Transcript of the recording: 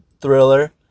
thriller